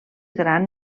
gran